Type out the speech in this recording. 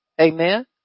Amen